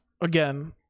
Again